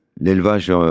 l'élevage